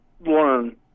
learn